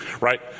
right